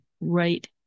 right